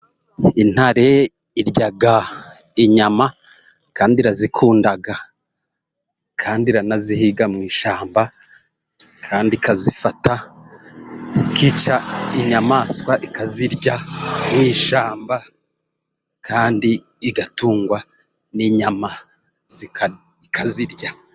Intare irya inyama kandi irazikunda, kandi iranazihiga mu ishyamba, kandi ikazifata, ikica inyamaswa ikazirya mu ishyamba, kandi igatungwa n'inyama ikazirya.